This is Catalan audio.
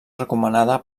recomanada